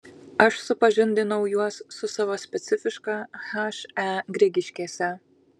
aš supažindinau juos su savo specifiška he grigiškėse